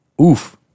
Oof